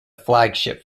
flagship